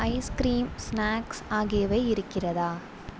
ice cream snacks ஆகியவை இருக்கிறதா